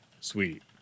Sweet